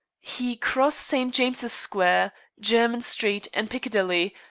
he crossed st. james's square, jermyn street, and piccadilly,